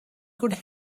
could